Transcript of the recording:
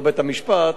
לא בית-המשפט,